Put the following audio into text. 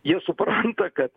jie supranta kad